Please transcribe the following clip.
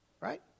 right